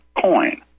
coin